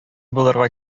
булырга